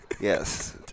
yes